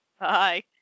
Bye